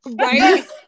Right